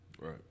right